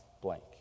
blank